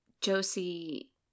Josie